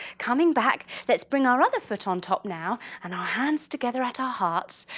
coming back, let's bring our other foot on top now and our hands together at our hearts,